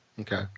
Okay